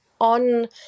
on